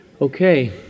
Okay